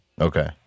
Okay